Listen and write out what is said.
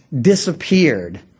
disappeared